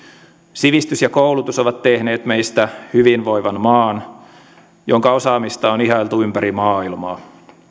sivistys ja koulutus ovat tehneet meistä hyvinvoivan maan jonka osaamista on ihailtu ympäri maailmaa